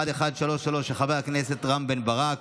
מס' 1133, של חבר הכנסת רם בן ברק.